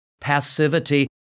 passivity